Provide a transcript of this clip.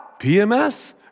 PMS